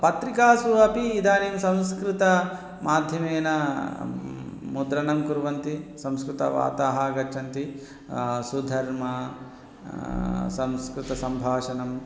पत्रिकासु अपि इदानीं संस्कृतमाध्यमेन मुद्रणं कुर्वन्ति संस्कृतवार्ताः आगच्छन्ति सुधर्मा संस्कृतसम्भाषणम्